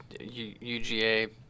UGA